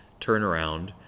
turnaround